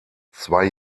zwei